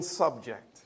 subject